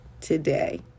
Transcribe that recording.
today